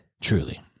Truly